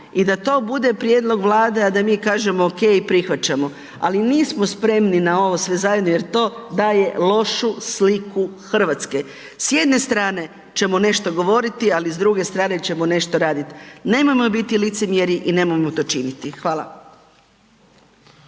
i da to bude prijedlog Vlade, a da mi kažemo ok, prihvaćamo, ali nismo spremni na ovo sve zajedno jer to daje lošu sliku Hrvatske. S jedne strane ćemo nešto govoriti, ali s druge strane ćemo nešto raditi. Nemojmo biti licemjeri i nemojmo to činiti. Hvala.